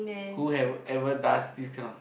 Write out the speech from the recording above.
who have ever does this kind of